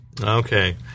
Okay